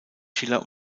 schiller